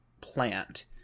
plant